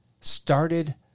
started